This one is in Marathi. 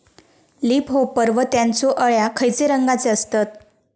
लीप होपर व त्यानचो अळ्या खैचे रंगाचे असतत?